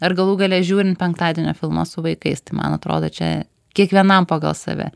ar galų gale žiūrint penktadienio filmą su vaikais tai man atrodo čia kiekvienam pagal save